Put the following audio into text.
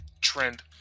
trend